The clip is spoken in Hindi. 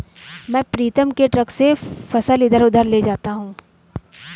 मैं प्रीतम के ट्रक से फसल इधर उधर ले जाता हूं